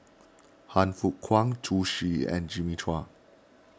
Han Fook Kwang Zhu Xu and Jimmy Chua